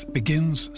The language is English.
begins